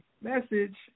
message